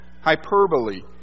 hyperbole